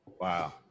wow